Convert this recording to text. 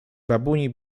babuni